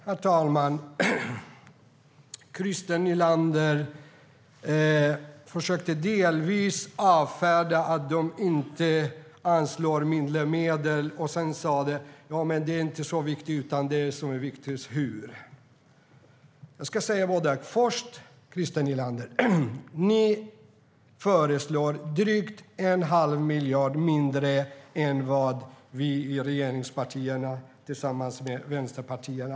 Herr talman! Christer Nylander försökte delvis avfärda att de anslår mindre medel men sa sedan att det inte är så viktigt, utan det som är viktigt är hur STYLEREF Kantrubrik \* MERGEFORMAT Utbildning och universitetsforskningFör det första, Christer Nylander, föreslår ni drygt en halv miljard mindre än vad vi i regeringspartierna aviserar tillsammans med Vänsterpartiet.